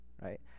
right